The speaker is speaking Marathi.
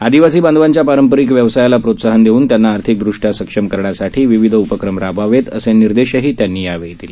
आदिवासी बांधवांच्या पारंपरिक व्यवसायाला प्रोत्साहन देऊन त्यांना आर्थिक दृष्ट्या सक्षम करण्यासाठी विविध उपक्रम राबवावेत असे निर्देश त्यांनी यावेळी दिले